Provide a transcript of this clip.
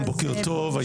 בוקר טוב,